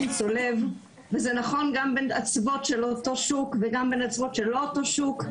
צולב וזה נכון גם בין אצוות לאותו שוק וגם בין אצוות שלא לאותו שוק.